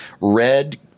red